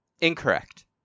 Incorrect